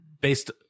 based